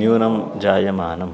न्यूनः जायमानः